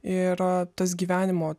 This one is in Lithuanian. ir tas gyvenimo